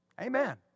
Amen